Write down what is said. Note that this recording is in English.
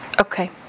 Okay